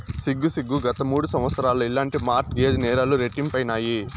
సిగ్గు సిగ్గు, గత మూడు సంవత్సరాల్ల ఇలాంటి మార్ట్ గేజ్ నేరాలు రెట్టింపైనాయి